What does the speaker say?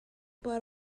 but